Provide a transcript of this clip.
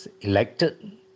elected